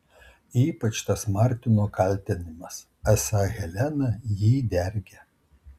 ypač tas martino kaltinimas esą helena jį dergia